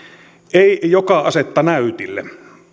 ei joka asetta näytille